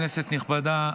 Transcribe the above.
כנסת נכבדה,